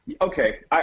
Okay